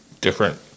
different